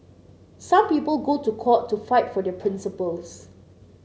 some people go to court to fight for their principles